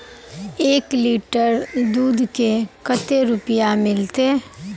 एक लीटर दूध के कते रुपया मिलते?